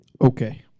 Okay